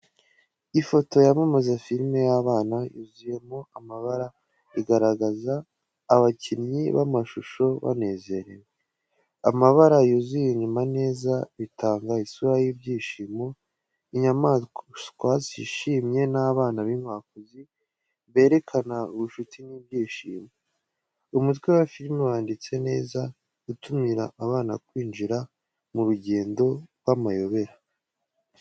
Ifoto y’amamaza filime y’abana yuzuyemo amabara, igaragaza abakinnyi b'amashusho banezerewe, amabara yuzuye inyuma neza, bitanga isura y’ibyishimo. Inyamaswa zishimye n’abana b’inkwakuzi, berekana ubucuti n’ibyishimo. Umutwe wa filime wanditse neza, utumira abana kwinjira mu rugendo rw’amayobera.